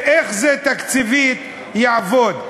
ותקציבית, איך זה יעבוד?